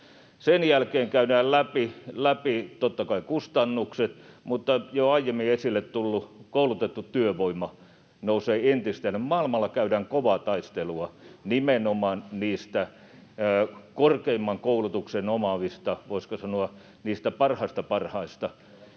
Sen jälkeen käydään läpi, totta kai, kustannukset. Mutta jo aiemmin esille tullut koulutettu työvoima nousee entisestään — maailmalla käydään kovaa taistelua nimenomaan niistä korkeimman koulutuksen omaavista, voisiko sanoa, niistä parhaimmista parhaista,